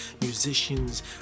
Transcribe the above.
musicians